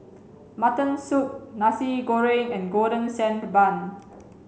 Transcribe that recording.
mutton soup nasi goreng and golden sand bun